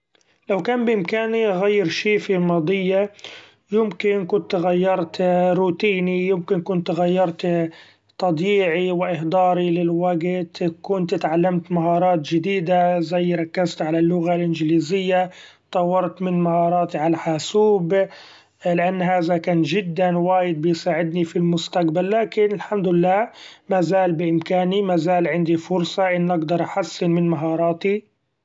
لو كان بإمكاني اغير شي في ماضي يمكن كنت غيرت روتيني يمكن كنت غيرت تضيعي و إهداري للوقت كنت تعلمت مهارات جديدة زي ركزت علي اللغة الإنجليزية ، طورت من مهاراتي ع الحاسوب لأن هذا كان جدا وايد بيساعدني في المستقبل ، لكن الحمد لله مازال بإمكاني مازال عندي فرصة إني اقدر أحسن من مهاراتي.